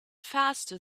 faster